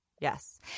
Yes